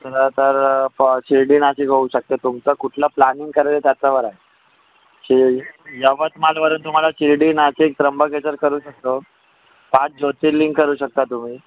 दुसरं तर फॉ शिर्डी नाशिक होऊ शकतं तुमचं कुठलं प्लानिंग करायचं त्याच्यावर आहे शीर यवतमाळवरून तुम्हाला शिर्डी नाशिक त्र्यंबकेश्वर करू शकतो पाच ज्योतिर्लिंग करू शकता तुम्ही